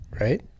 Right